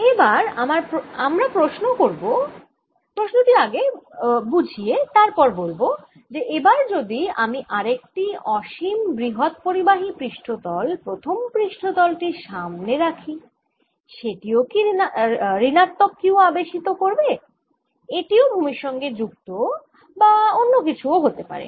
এবার আমরা প্রশ্ন করব প্রশ্ন টি আগে বুঝিয়ে তারপর বলব যে এবার যদি আমি আরেকটি অসীম বৃহৎ পরিবাহী পৃষ্ঠতল প্রথম পৃষ্ঠতল টির সামনে রাখি সেটিও কি ঋণাত্মক Q আবেশিত করবে এটিও ভুমির সঙ্গে যুক্ত বা অন্য কিছুও হতে পারে